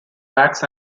backs